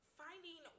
finding